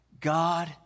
God